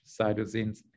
cytosines